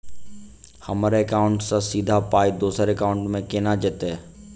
हम्मर एकाउन्ट सँ सीधा पाई दोसर एकाउंट मे केना जेतय?